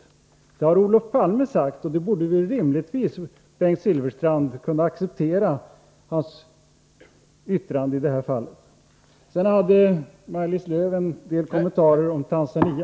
— Detta har Olof Palme sagt, och Bengt Silfverstrand borde rimligen kunna acceptera detta hans yttrande. Sedan hade Maj-Lis Lööw en del kommentarer om Tanzania .